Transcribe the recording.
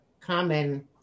common